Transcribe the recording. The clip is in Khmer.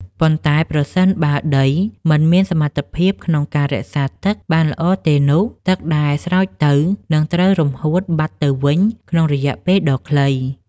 ប៉ុន្តែប្រសិនបើដីមិនមានសមត្ថភាពក្នុងការរក្សាទឹកបានល្អទេនោះ ទឹកដែលស្រោចទៅ នឹងត្រូវរំហួតបាត់ទៅវិញក្នុងរយៈពេលដ៏ខ្លី។